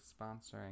sponsoring